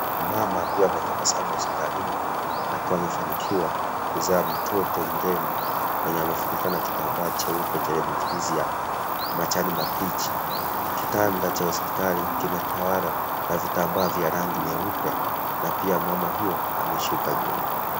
Mama akiwa ametabasamu hospitalini, akiwa amefanikiwa kuzaa mtoto mrembo mwenye amefunikwa na kitambaa cheupe chenye michirizi ya majani mabichi. Kitanda cha hospitali kimetawala na vitambaa vya rangi nyeupe, na pia mama huyo, amesuka nywele.